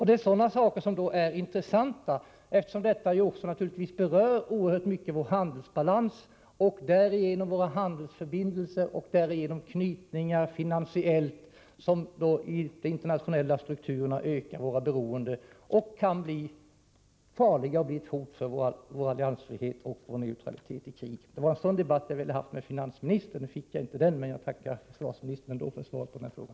Det är sådana här frågor som är intressanta, eftersom de också berör vår handelsbalans och därigenom våra handelsförbindelser och finansiella knytningar, som de internationella strukturerna ökar vårt beroende av. De kan bli ett hot mot vår alliansfrihet och vår neutralitet i krig. Det var en sådan debatt jag ville ha med finansministern. Det fick jag inte, men jag tackar ändå försvarsministern för svaret på frågan.